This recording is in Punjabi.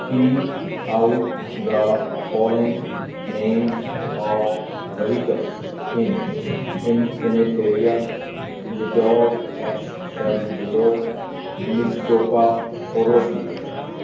speak out the following names of vehicle hint ਇੰਨਫਨੇਥੇਰੀਆ ਜਿਟਿਓਰ X seven zero Mitsuoka Orochi